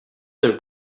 their